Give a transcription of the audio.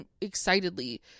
excitedly